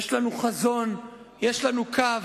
יש לנו חזון, יש לנו קו.